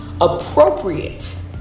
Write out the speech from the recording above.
appropriate